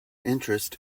interest